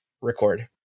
record